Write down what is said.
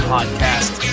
Podcast